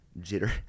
Jitter